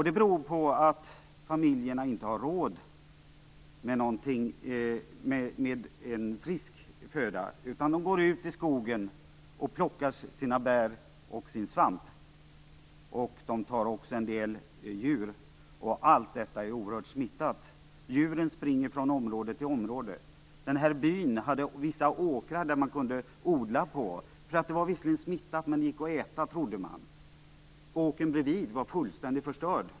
Det beror på att familjerna inte har råd med frisk föda. De går ut i skogen och plockar sina bär och sin svamp. De tar också en del djur. Allt detta är oerhört smittat. Djuren springer från område till område. Den här byn hade vissa åkrar som man kunde odla på. De var visserligen smittade, men man trodde att det odlade gick att äta. En åker i närheten var fullständigt förstörd.